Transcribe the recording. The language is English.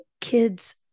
kids